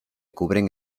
cubren